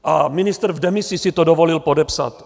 A ministr v demisi si to dovolil podepsat.